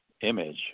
image